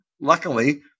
luckily